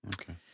Okay